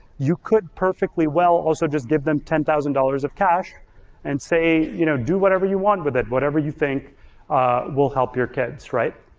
you could perfectly well also just give them ten thousand dollars of cash and say you know do whatever you want with it. whatever you think will help your kids, right?